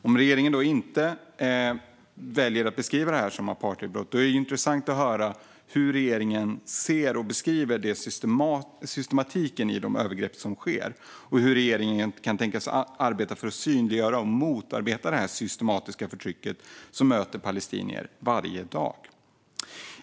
Om regeringen då inte väljer att beskriva detta som apartheidbrott vore det intressant att höra hur regeringen ser på och beskriver systematiken i de övergrepp som sker och hur regeringen kan tänkas arbeta för att synliggöra och motarbeta detta systematiska förtryck som möter palestinier varje dag.